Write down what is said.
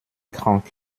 krank